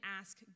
ask